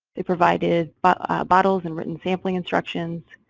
they provided but bottles and written sampling instructions.